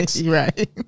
Right